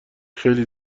خیلی